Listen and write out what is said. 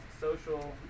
social